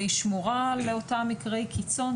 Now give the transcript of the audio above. היא שמורה לאותם מקרי קיצון,